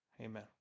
amen